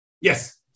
Yes